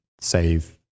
save